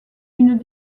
une